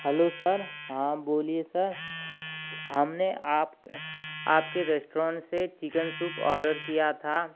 hello sir हाँ बोलिए sir हमने आप आपके रेस्टोरंट से चिकेन सूप ऑर्डर किया था